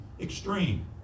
extreme